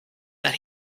that